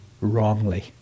wrongly